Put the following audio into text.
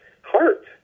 heart